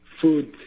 food